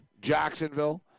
Jacksonville